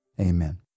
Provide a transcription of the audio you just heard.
amen